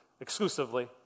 exclusively